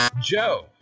Joe